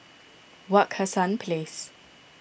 Wak Hassan Place